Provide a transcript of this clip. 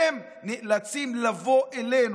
אז הם נאלצים לבוא אלינו.